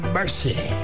mercy